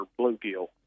bluegill